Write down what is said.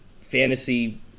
fantasy